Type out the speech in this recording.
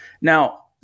Now